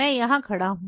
मैं यहां खड़ा हूं